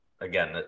again